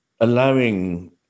allowing